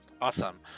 Awesome